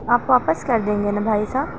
آپ واپس کر دیں گے نا بھائی صاحب